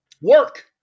work